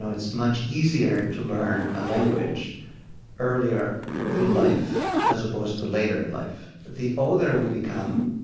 and it's much easier to learn a language earlier in life as opposed to later in life. the older we become,